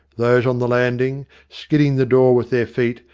those on the landing, skidding the door with their feet,